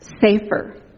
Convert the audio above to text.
safer